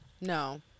No